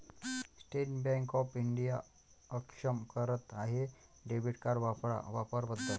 state Bank of India अक्षम करत आहे डेबिट कार्ड वापरा वापर बदल